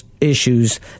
issues